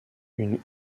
une